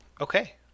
Okay